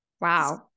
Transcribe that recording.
Wow